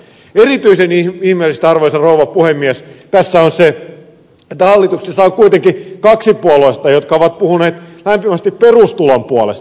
erityisen ihmeellistä arvoisa rouva puhemies tässä on se että hallituksessa on kuitenkin kaksi puoluetta jotka ovat puhuneet lämpimästi perustulon puolesta